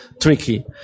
tricky